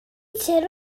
litr